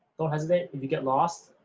don't hesitate, if you get lost,